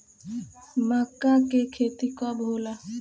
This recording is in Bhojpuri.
मक्का के खेती कब होला?